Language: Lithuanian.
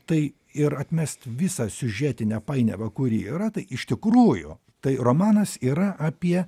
tai ir atmest visą siužetinę painiavą kuri yra tai iš tikrųjų tai romanas yra apie